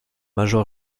major